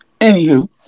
Anywho